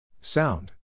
Sound